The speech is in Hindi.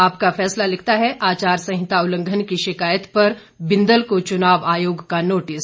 आपका फैसला लिखता है आचार संहिता उल्लघंन की शिकायत पर बिदंल को चुनाव आयोग का नोटिस